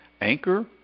Anchor